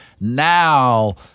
Now